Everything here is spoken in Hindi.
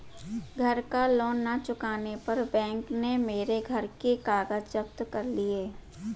घर का लोन ना चुकाने पर बैंक ने मेरे घर के कागज जप्त कर लिए